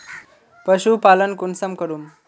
पशुपालन कुंसम करूम?